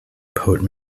poet